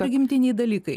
prigimtiniai dalykai